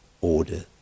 order